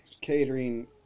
catering